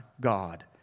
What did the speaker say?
God